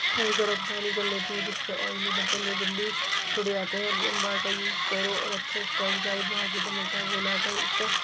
گرم پانی کر لیتی ہوں جس سے آئلی برتن جو ہے جلدی چھوٹ جاتے ہیں اور وم بار کا یوز کرو اور اچھے اسکاچ برائڈ مارکیٹ میں ملتا ہے وہ لا کر اس کا